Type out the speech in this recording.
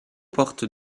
porte